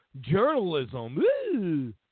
journalism